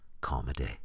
comedy